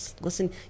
Listen